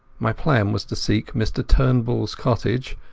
my plan was to seek mr turnbullas cottage,